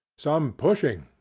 some pushing,